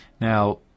Now